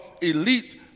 elite